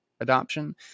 adoption